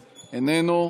איננו,